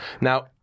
Now